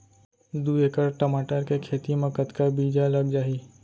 दू एकड़ टमाटर के खेती मा कतका बीजा लग जाही?